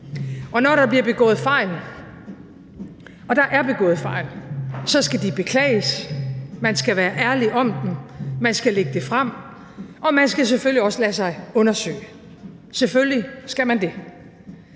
Når der bliver begået fejl – og der er begået fejl – så skal de beklages. Man skal være ærlig om dem, man skal lægge det frem, og man skal selvfølgelig også lade sig undersøge, selvfølgelig skal man det.